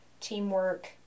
teamwork